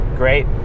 great